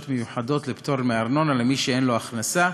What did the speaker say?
מיוחדות לפטור מארנונה למי שאין לו הכנסה,